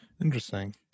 Interesting